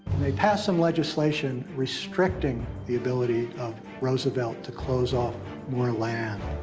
they pass some legislation restricting the ability of roosevelt to close off more land.